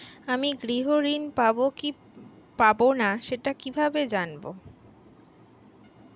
আমি গৃহ ঋণ পাবো কি পাবো না সেটা জানবো কিভাবে?